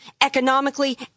economically